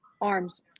arms